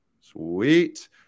Sweet